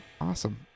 awesome